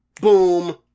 boom